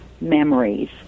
memories